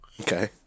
Okay